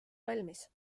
valmis